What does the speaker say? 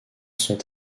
sont